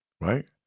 Right